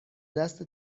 دست